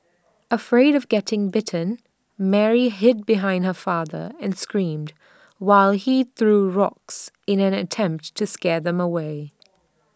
afraid of getting bitten Mary hid behind her father and screamed while he threw rocks in an attempt to scare them away